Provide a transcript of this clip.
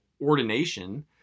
ordination